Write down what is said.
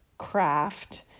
craft